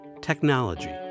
technology